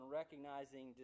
recognizing